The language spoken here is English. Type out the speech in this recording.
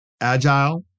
agile